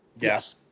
Yes